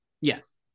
Yes